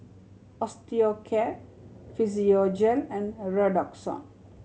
Osteocare Physiogel and Redoxon